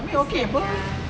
sad sia